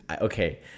okay